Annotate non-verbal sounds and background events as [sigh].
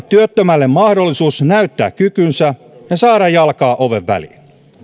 [unintelligible] työttömälle mahdollisuus näyttää kykynsä ja saada jalkaa oven väliin